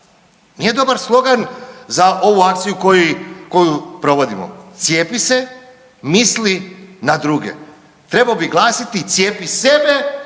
nije dobar slogan za ovu akciju koji koju provodimo „Cijepi se, misli na druge“, trebao bi glasiti „Cijepi sebe